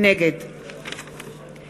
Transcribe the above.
נגד